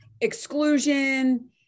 exclusion